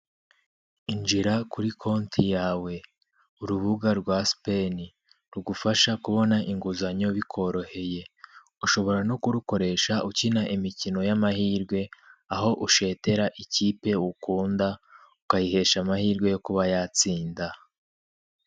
Injira kuri konti yawe urubuga rwa sipeni rugufasha kubona inguzanyo bikoroheye ushobora no kurukoresha ukina imikino y'amahirwe aho ushetera ikipe ukunda ukayihesha amahirwe yo kuba yatsinda.